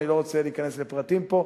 ואני לא רוצה להיכנס לפרטים פה,